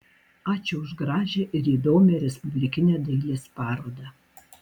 ačiū už gražią ir įdomią respublikinę dailės parodą